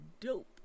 dope